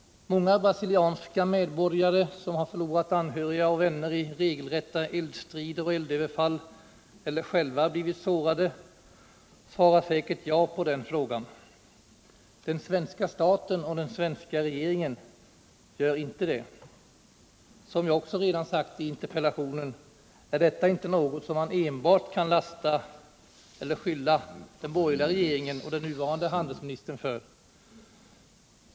Många brasilianska medborgare, som har förlorat anhöriga och vänner i regelrätta eldstrider och eldöverfall eller själva blivit sårade, svarar säkert ja på den frågan. Den svenska staten och den svenska regeringen gör det inte. Som jag också redan sagt i interpellationen är detta inte något som man enbart kan skylla på den borgerliga regeringen och den nuvarande handelsministern.